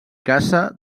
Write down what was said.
caça